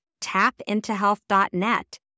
tapintohealth.net